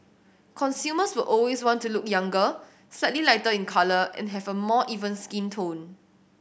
consumers will always want to look younger slightly lighter in colour and have a more even skin tone